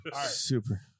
Super